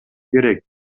керек